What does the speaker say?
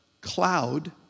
cloud